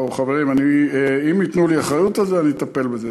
חברים, אם ייתנו לי אחריות על זה, אני אטפל בזה.